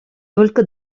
только